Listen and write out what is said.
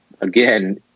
again